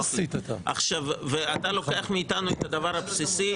אתה לוקח מאיתנו את הדבר הבסיסי,